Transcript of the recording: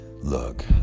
Look